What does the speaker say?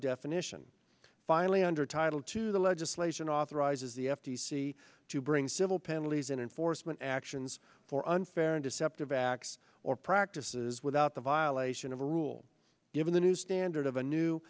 definition finally under title to the legislation authorizes the f t c to bring civil penalties in and forstmann actions for unfair and deceptive acts or practices without the violation of a rule given the new standard of a new